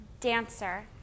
Dancer